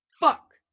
Fuck